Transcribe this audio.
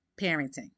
parenting